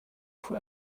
for